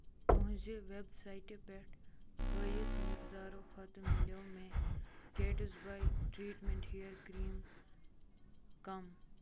تُہنٛزِ ویبسایٹہٕ پٮ۪ٹھ ہٲیِتھ مٮ۪قدارو کھۄتہٕ مِلٮ۪و مےٚ گیٹسباے ٹرٛیٖٹمنٛٹ ہِیر کرٛیٖم کم